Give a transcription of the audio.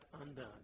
undone